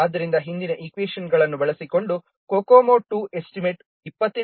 ಆದ್ದರಿಂದ ಹಿಂದಿನ ಈಕ್ವೇಷನ್ಗಳನ್ನು ಬಳಸಿಕೊಂಡು COCOMO II ಎಸ್ಟಿಮೇಟ್ 28